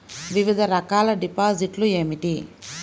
వివిధ రకాల డిపాజిట్లు ఏమిటీ?